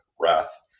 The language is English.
wrath